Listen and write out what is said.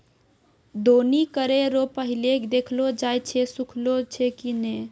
दौनी करै रो पहिले देखलो जाय छै सुखलो छै की नै